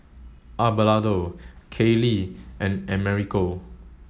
Abelardo Kaylee and Americo